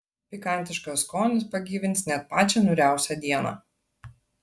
pikantiškas skonis pagyvins net pačią niūriausią dieną